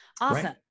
Awesome